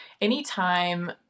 anytime